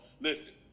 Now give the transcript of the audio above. Listen